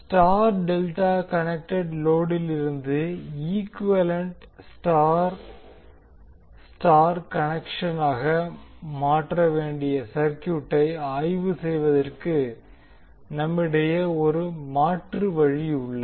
star delta connected லோடிலிருந்து equivalent star star கனெக்க்ஷனாக மாற்ற வேண்டிய சர்க்யூட்டை ஆய்வு செய்வதற்கு நம்மிடையே ஒரு மாற்று வழி உள்ளது